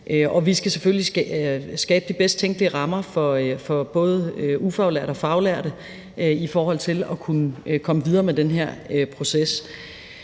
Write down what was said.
skabe de bedst tænkelige rammer for både ufaglærte og faglærte i forhold til at kunne komme videre med den her proces.